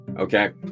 Okay